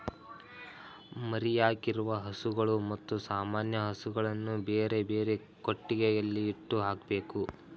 ಮರಿಯಾಕಿರುವ ಹಸುಗಳು ಮತ್ತು ಸಾಮಾನ್ಯ ಹಸುಗಳನ್ನು ಬೇರೆಬೇರೆ ಕೊಟ್ಟಿಗೆಯಲ್ಲಿ ಇಟ್ಟು ಹಾಕ್ಬೇಕು